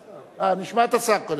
אה, נשמע את השר קודם.